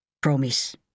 Promise